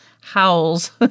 howls